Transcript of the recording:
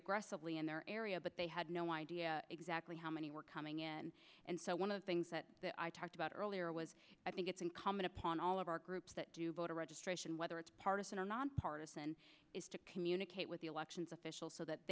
aggressively in their area but they had no idea exactly how many were coming in and so one of the things that i talked about earlier was i think it's incumbent upon all of our groups that do voter registration whether it's part of the nonpartisan is to communicate with the elections officials so that